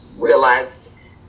realized